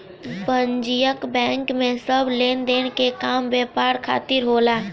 वाणिज्यिक बैंक में सब लेनदेन के काम व्यापार खातिर होला